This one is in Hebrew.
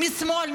משמאל,